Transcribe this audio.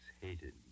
Hated